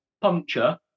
Puncture